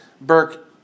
Burke